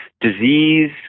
disease